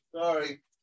sorry